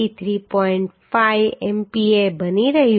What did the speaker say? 5 MPa બની રહ્યું છે